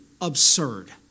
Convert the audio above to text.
absurd